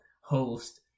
host